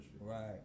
Right